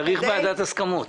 צריך את ועדת ההסכמות.